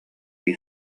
дии